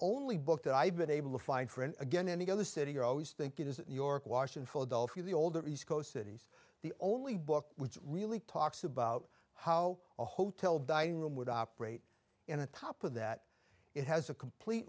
only book that i've been able to find for and again and again the city are always think it is new york washing philadelphia the older east coast cities the only book which really talks about how a hotel dining room would operate in the top of that it has a complete